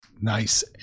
Nice